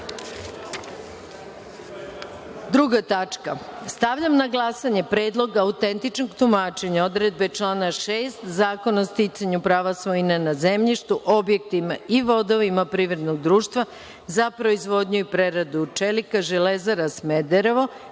tačka. Stavljam na glasanje Predlog autentičnog tumačenja odredbe člana 6. Zakona o sticanju prava svojine na zemljištu, objektima i vodovima Privrednog društva za proizvodnju i preradu čelika Železare Smederevo